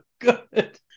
good